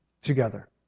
together